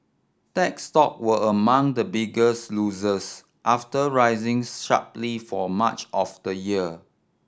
tech stock were among the biggest losers after rising sharply for much of the year